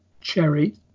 cherry